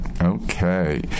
Okay